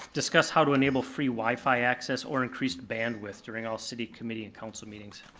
discuss how to enable free wifi access or increased bandwidth during all city, committee, and council meetings.